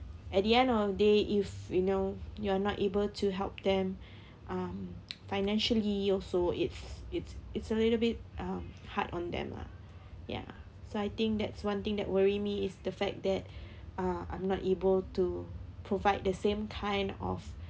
at the end of the day if you know you are not able to help them um financially also it's it's it's a little bit um hard on them lah ya so I think that's one thing that worry me is the fact that uh I'm not able to provide the same kind of